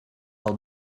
fel